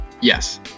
Yes